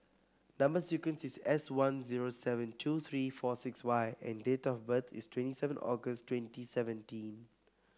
number sequence is S one zero seven two three four six Y and date of birth is twenty seven August twenty seventeen